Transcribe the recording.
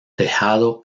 tejado